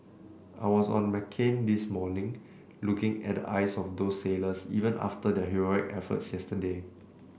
I was on McCain this morning looking at eyes of those sailors even after their heroic efforts yesterday